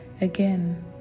Again